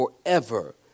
forever